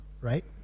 right